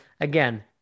again